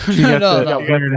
No